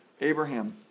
Abraham